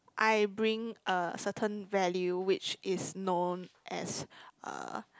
I bring a certain value which is known as uh